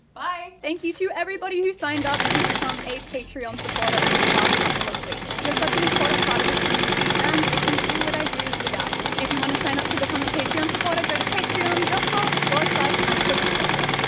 bye! thank you to everybody who signed up to become a patreon supporter over the last couple of weeks. you're such an important part of this community, and i couldn't do what i do without you! if you want to sign up to become a patreon supporter, go to patreon and com annikavictoria.